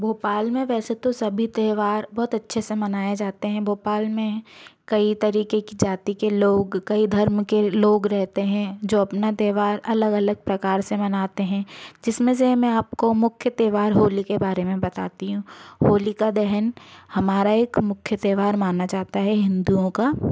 भोपाल में वैसे तो सभी त्यौहार बहुत अच्छे से मनाए जाते हैं भोपाल में कई तरीके की जाति के लोग कई धर्म के लोग रहते हैं जो अपना त्यौहार अलग अलग प्रकार से मनाते हैं जिसमें से मैं आपको मुख्य त्यौहार होली के बारे में बताती हूँ होलिका दहन हमारा एक मुख्य त्यौहार माना जाता है हिंदुओं का